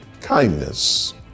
kindness